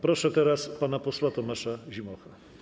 Proszę teraz pana posła Tomasza Zimocha.